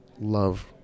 love